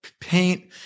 paint